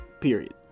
period